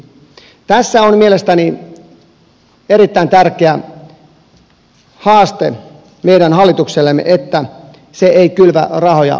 tässä on mielestäni erittäin tärkeä haaste meidän hallituksellemme että se ei kylvä rahoja